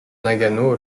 nagano